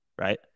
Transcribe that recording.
right